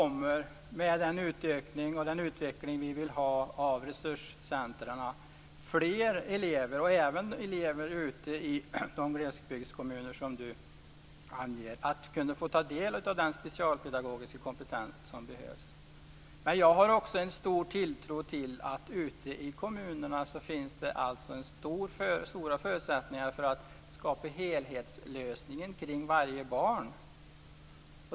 Med den utökning och den utveckling vi vill ha av resurscentrumen kommer dessutom fler elever, och även elever ute i glesbygdskommunerna, att få ta del av den specialpedagogiska kompetens som behövs. Jag har också en stor tilltro till att det ute i kommunerna finns stora förutsättningar för att skapa helhetslösningar kring varje barn.